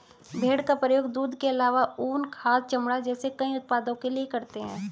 भेड़ का प्रयोग दूध के आलावा ऊन, खाद, चमड़ा जैसे कई उत्पादों के लिए करते है